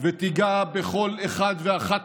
ותיגע בכל אחד ואחת